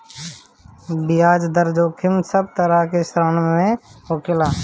बियाज दर जोखिम सब तरह के ऋण में होखेला